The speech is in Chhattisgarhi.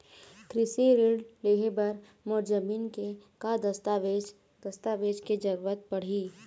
कृषि ऋण लेहे बर मोर जमीन के का दस्तावेज दस्तावेज के जरूरत पड़ही?